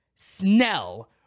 Snell